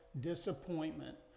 disappointment